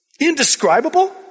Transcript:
indescribable